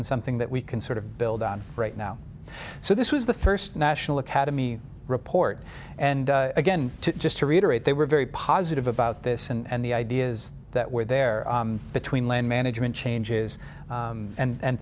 and something that we can sort of build on right now so this was the first national academy report and again just to reiterate they were very positive about this and the ideas that were there between land management changes and